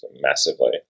massively